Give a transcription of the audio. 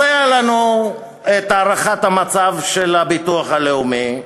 אז הייתה לנו הערכת המצב של הביטוח הלאומי,